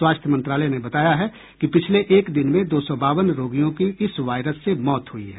स्वास्थ्य मंत्रालय ने बताया है कि पिछले एक दिन में दो सौ बावन रोगियों की इस वायरस से मौत हुई है